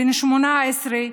בן 18,